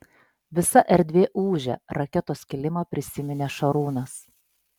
visa erdvė ūžia raketos kilimą prisiminė šarūnas